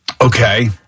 Okay